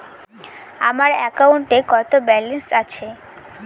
আমার অ্যাকাউন্টে কত ব্যালেন্স আছে?